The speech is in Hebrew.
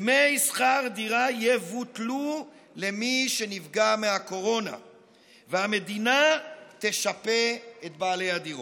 דמי שכר דירה יבוטלו למי שנפגע מהקורונה והמדינה תשפה את בעלי הדירות.